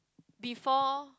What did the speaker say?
before